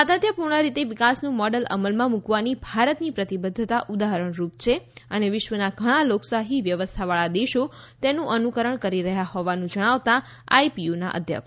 સાતત્યપૂર્ણ રીતે વિકાસનું મોડેલ અમલમાં મૂકવાની ભારતની પ્રતિબદ્વતા ઉદાહરણરૃપ છે અને વિશ્વના ઘણા લોકશાહી વ્યવસ્થાવાળા દેશો તેનું અનુકરણ કરી રહ્યા હોવાનું જણાવતા આઈપીયુના અધ્યક્ષ